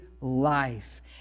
life